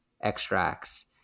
extracts